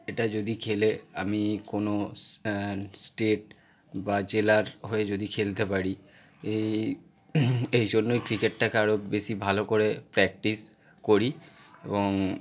এটা যদি খেলে আমি কোনো স স্টেট বা জেলার হয়ে যদি খেলতে পারি এই জন্যই ক্রিকেটটাকে আরো বেশি ভালো করে প্র্যাকটিস করি এবং